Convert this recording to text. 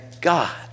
God